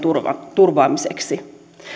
turvaamiseksi